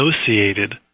associated